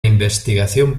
investigación